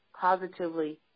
positively